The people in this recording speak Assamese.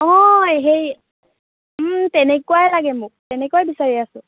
অঁ সেই তেনেকুৱাই লাগে মোক তেনেকুৱাই বিচাৰি আছো